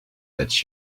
that